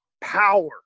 power